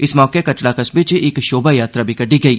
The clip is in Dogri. इस मौके कटरा कस्बे च इक शोभा यात्रा बी कड्डी गेई